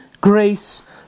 grace